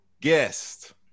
guest